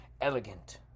Elegant